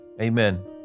Amen